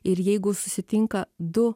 ir jeigu susitinka du